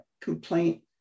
complaint